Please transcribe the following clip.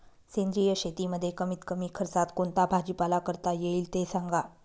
सेंद्रिय शेतीमध्ये कमीत कमी खर्चात कोणता भाजीपाला करता येईल ते सांगा